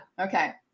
okay